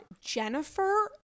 Jennifer